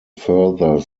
further